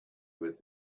with